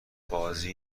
بازی